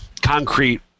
concrete